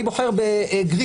אני בוחר בגרינברג,